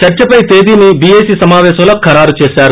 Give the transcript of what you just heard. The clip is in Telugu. చర్చపై తేదీని బీఏసీ సమాపేశంలో ఖరారు చేశారు